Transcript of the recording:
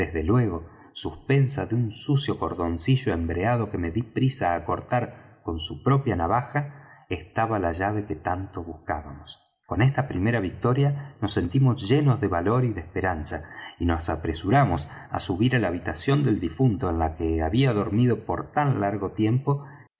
desde luego suspensa de un sucio cordoncillo embreado que me dí prisa á cortar con su propia navaja estaba la llave que tanto buscábamos con esta primera victoria nos sentimos llenos de valor y de esperanza y nos apresuramos á subir á la habitación del difunto en la que había dormido por tan largo tiempo